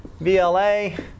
VLA